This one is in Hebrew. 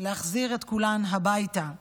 להחזיר את כולן הביתה.